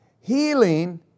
healing